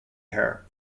hair